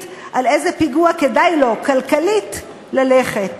על איזה פיגוע כדאי לו כלכלית ללכת.